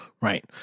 Right